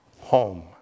home